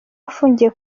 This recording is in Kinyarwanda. afungiye